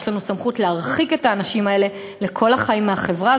יש לנו סמכות להרחיק את האנשים האלה לכל החיים מהחברה,